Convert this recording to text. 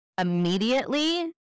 immediately